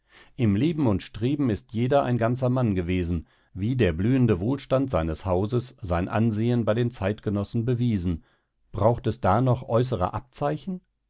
im leben und streben ist jeder ein ganzer mann gewesen wie der blühende wohlstand seines hauses sein ansehen bei den zeitgenossen bewiesen braucht es da noch äußerer abzeichen